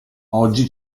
oggi